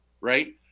right